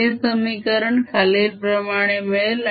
ते समीकरण खालील प्रमाणे मिळेल